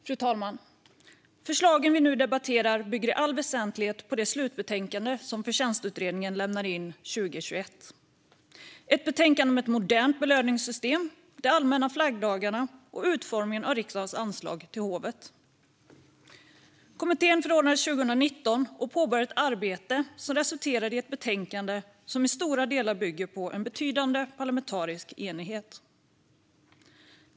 Fru talman! De förslag vi nu debatterar bygger i allt väsentligt på det slutbetänkande som Förtjänstutredningen lämnade in 2021. Det är ett betänkande om ett modernt belöningssystem, de allmänna flaggdagarna och utformningen av riksdagens anslag till hovet. Kommittén förordnades 2019 och påbörjade ett arbete som resulterade i ett betänkande som till stora delar bygger på en betydande parlamentarisk enighet.